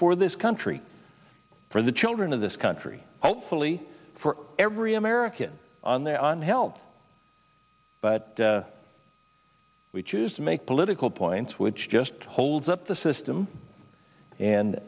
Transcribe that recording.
for this country for the children of this country hopefully for every american on their on health which is to make political points which just holds up the system and